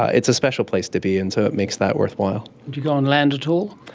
it's a special place to be and so it makes that worthwhile. do you go on land at all?